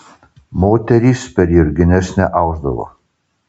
moterys per jurgines neausdavo